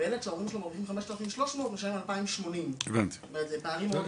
וילד שההורים שלו מרוויחים 5,300 משלם 2,080. זה פערים מאוד גדולים.